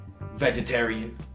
vegetarian